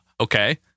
okay